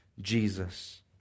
Jesus